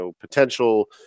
potential